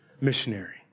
missionary